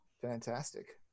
fantastic